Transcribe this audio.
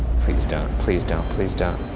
please don't, please don't, please don't.